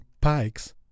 pikes